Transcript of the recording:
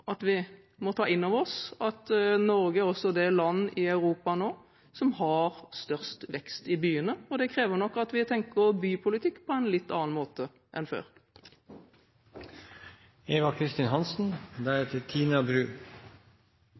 at vi må ta innover oss at Norge nå er det land i Europa som har størst vekst i byene. Det krever nok at vi tenker bypolitikk på en litt annen måte enn